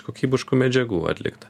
kokybiškų medžiagų atlikta